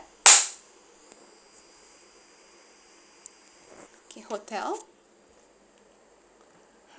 hotel